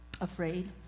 afraid